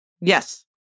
Yes